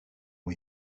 ont